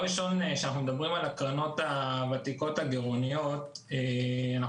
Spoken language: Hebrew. כשאנחנו מדברים על הקרנות הוותיקות הגירעוניות אנחנו